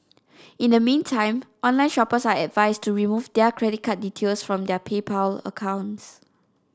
in the meantime online shoppers are advised to remove their credit card details from their PayPal accounts